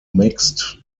mixed